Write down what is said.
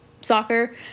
soccer